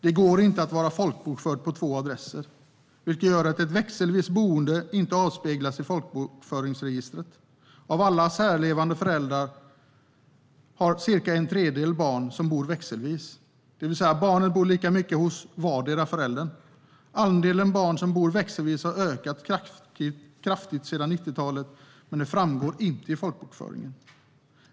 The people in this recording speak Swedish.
Det går inte att vara folkbokförd på två adresser, vilket gör att ett växelvis boende inte avspeglas i folkbokföringsregistret. Av alla särlevande föräldrar har cirka en tredjedel barn som bor växelvis, det vill säga att barnet bor lika mycket tid hos vardera föräldern. Andelen barn som bor växelvis har ökat kraftigt sedan 90-talet, men det framgår inte i folkbokföringen.